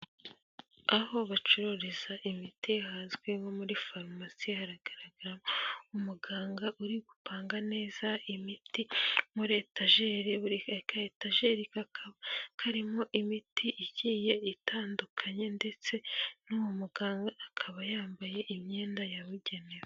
Aho bacururiza imiti hazwi nko muri farumasi haragaragara umuganga uri gupanga neza imiti muri etajeri, buri ka etajeri kakaba karimo imiti igiye itandukanye ndetse n'uwo muganga akaba yambaye imyenda yabugenewe.